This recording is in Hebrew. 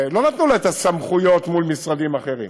לא נתנו לה את הסמכויות מול משרדים אחרים.